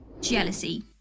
jealousy